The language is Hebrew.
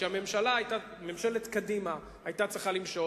כשהממשלה היתה ממשלת קדימה והיתה צריכה למשול,